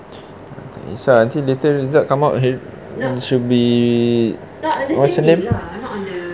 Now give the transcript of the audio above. ah tak kisah nanti later result come out should be what's her name